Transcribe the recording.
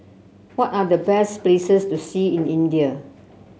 what are the best places to see in India